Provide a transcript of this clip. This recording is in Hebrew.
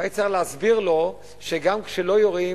ואני צריך להסביר לו שגם כשלא יורים